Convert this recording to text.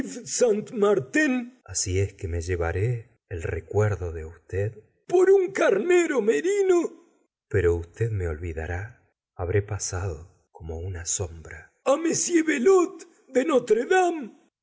de givry saint martin así es que me llevaré el recuerdo de usted por un carnero merino pero usted me olvidará habré pasado como una sombra a m belot de notre dame